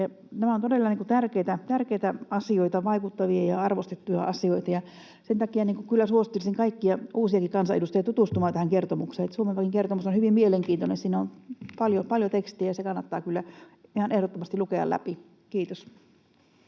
Nämä ovat todella tärkeitä asioita, vaikuttavia ja arvostettuja asioita, ja sen takia kyllä suosittelisin kaikkia uusiakin kansanedustajia tutustumaan tähän kertomukseen. Suomen Pankin kertomus on hyvin mielenkiintoinen, siinä on paljon tekstiä. Se kannattaa kyllä ihan ehdottomasti lukea läpi. — Kiitos.